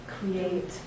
create